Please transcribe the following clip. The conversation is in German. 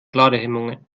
ladehemmungen